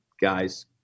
guys